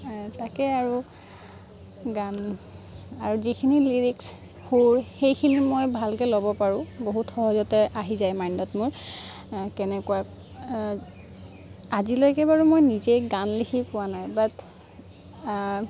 তাকে আৰু গান আৰু যিখিনি লিৰিক্ছ সুৰ সেইখিনি মই ভালকৈ ল'ব পাৰোঁ বহুত সহজতে আজি যায় মাইণ্ডত মোৰ কেনেকৈ আজিলৈকে বাৰু মই নিজেই গান লিখি পোৱা নাই বাট